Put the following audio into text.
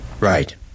Right